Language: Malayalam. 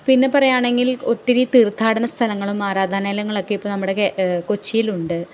പിന്നെ പറയുകയാണെങ്കിൽ ഒത്തിരി തീർത്ഥാടന സ്ഥലങ്ങളും ആരാധാനലയങ്ങളൊക്കെ ഇപ്പോള് നമ്മുടെ കൊച്ചിയിലുണ്ട്